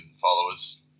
followers